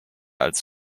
als